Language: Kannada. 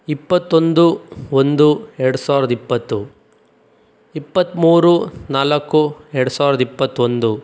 ಇಪ್ಪತ್ತೊಂದು ಒಂದು ಎರಡು ಸಾವಿರದ ಇಪ್ಪತ್ತು ಇಪ್ಪತ್ತ್ಮೂರು ನಾಲ್ಕು ಎರಡು ಸಾವಿರದ ಇಪ್ಪತ್ತೊಂದು